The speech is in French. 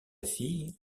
fille